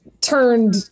turned